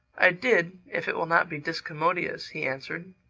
i did if it will not be discommodious, he answered.